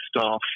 staff